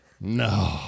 no